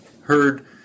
heard